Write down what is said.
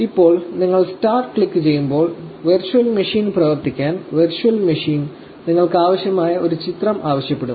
ഇപ്പോൾ നിങ്ങൾ 'സ്റ്റാർട്ട്' ക്ലിക്കുചെയ്യുമ്പോൾ വെർച്വൽ മെഷീൻ പ്രവർത്തിക്കാൻ വെർച്വൽ മെഷീൻ നിങ്ങൾക്കാവശ്യമായ ഒരു ചിത്രം ആവശ്യപ്പെടും